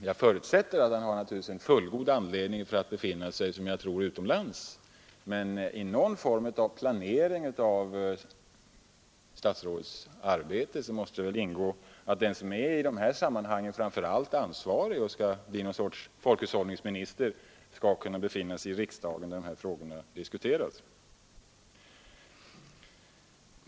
Jag förutsätter naturligtvis att han har fullgod anledning att befinna sig som jag tror utomlands, men i någon form av planering av statsrådets arbete måste väl ingå att den som i dessa sammanhang är främst ansvarig och skall bli någon sorts folkhushållningsminister borde kunna befinna sig i riksdagen när dessa frågor diskuteras.